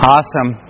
Awesome